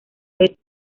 veces